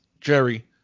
Jerry